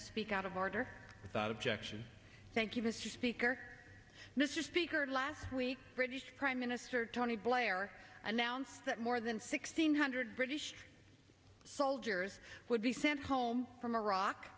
speak out of order without objection thank you mr speaker mr speaker last week british prime minister tony blair announced that more than sixteen hundred british soldiers would be sent home from iraq